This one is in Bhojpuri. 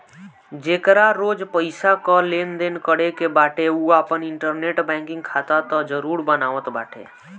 जेकरा रोज पईसा कअ लेनदेन करे के बाटे उ आपन इंटरनेट बैंकिंग खाता तअ जरुर बनावत बाटे